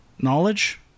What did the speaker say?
knowledge